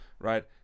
right